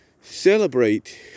celebrate